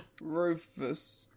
Rufus